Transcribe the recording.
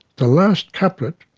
the last couplet,